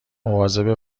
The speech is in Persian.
مواظب